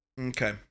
okay